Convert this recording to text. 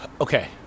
Okay